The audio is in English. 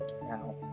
Now